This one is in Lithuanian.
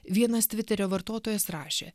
vienas tviterio vartotojas rašė